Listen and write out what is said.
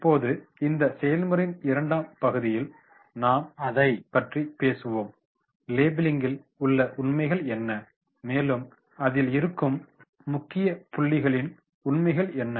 இப்போது இந்த செயல்முறையின் இரண்டாம் பகுதியில் நாம் லேபிளிங் பற்றி பேசுவோம் லேபிளிங்கில் உள்ள உண்மைகள் என்ன மேலும் அதில் இருக்கும் முக்கிய புள்ளிகளின் உண்மைகள் என்ன